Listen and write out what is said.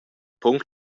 punct